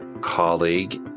colleague